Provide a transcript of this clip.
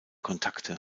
kontakte